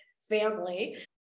family